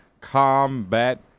Combat